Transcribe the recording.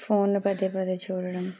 ఫోన్ను పదే పదే చూడడం